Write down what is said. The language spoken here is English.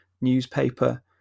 newspaper